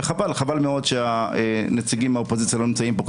וחבל מאוד שהנציגים מהאופוזיציה לא נמצאים פה.